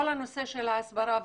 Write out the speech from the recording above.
כל הנושא של ההסברה והמודעות: